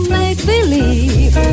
make-believe